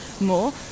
more